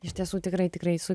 iš tiesų tikrai tikrai su